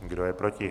Kdo je proti?